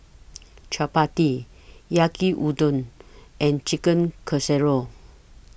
Chapati Yaki Udon and Chicken Casserole